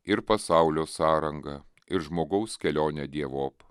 ir pasaulio sąrangą ir žmogaus kelionę dievop